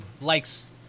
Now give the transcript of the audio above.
likes